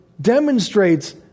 demonstrates